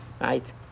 right